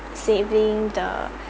saving the